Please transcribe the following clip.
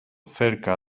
cerca